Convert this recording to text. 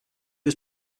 was